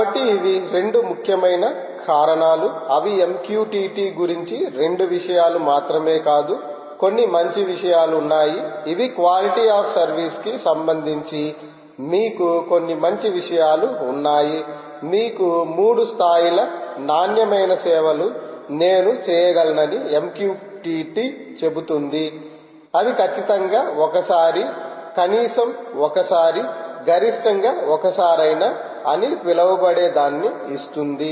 కాబట్టి ఇవి 2 ముఖ్యమైన కారణాలు అవి MQTT గురించి 2 విషయాలు మాత్రమే కాదు కొన్ని మంచి విషయాలు ఉన్నాయి ఇవి క్వాలిటి ఆఫ్ సర్విస్ కి సంబంధించి మీకు కొన్ని మంచి విషయాలు ఉన్నాయి మీకు మూడు స్థాయిల నాణ్యమైన సేవలు నేను చేయగలనని MQTT చెపుతుంధి అవి కచ్చితంగా ఒకసారి కనీసం ఒకసారిగరిష్టంగా ఒక్కసారైనా అని పిలవబడే దాన్ని ఇస్తుంది